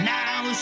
Now